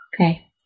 Okay